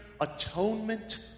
atonement